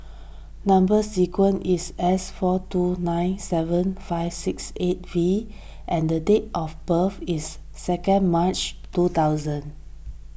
Number Sequence is S four two nine seven five six eight V and the date of birth is second March two thousand